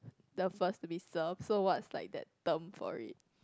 the first to be served so what's like that term for it